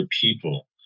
people